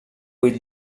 vuit